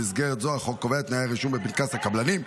במסגרת זו החוק קובע את תנאי הרישום בפנקס הקבלנים,